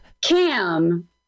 cam